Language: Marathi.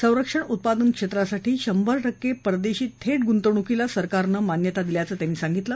संरक्षण उत्पादन क्षेत्रासाठी शंभर टक्के परदेशी थेट गुंतवणुकीला सरकारनं परवानगी दिल्याचं त्यांनी सांगितलं